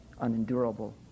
unendurable